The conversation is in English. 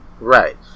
Right